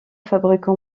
fabricant